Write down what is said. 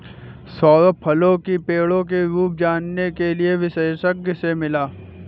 सौरभ फलों की पेड़ों की रूप जानने के लिए विशेषज्ञ से मिला